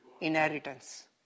inheritance